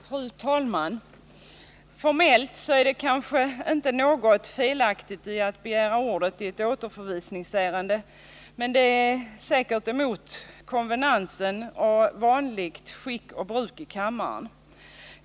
Fru talman! Formellt är det inte något felaktigt i att begära ordet i ett återförvisningsärende, men det kanske är emot konvenansen och vanligt skick och bruk i kammaren.